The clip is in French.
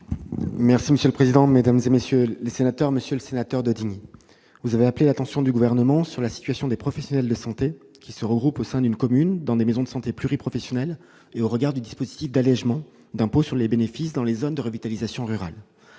du ministre de l'action et des comptes publics. Monsieur le sénateur Yves Daudigny, vous avez attiré l'attention du Gouvernement sur la situation des professionnels de santé qui se regroupent au sein d'une commune dans des maisons de santé pluriprofessionnelles, au regard du dispositif d'allégement d'impôt sur les bénéfices dans les zones de revitalisation rurale,